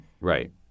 Right